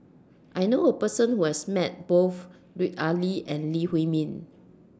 I knew A Person Who has Met Both Lut Ali and Lee Huei Min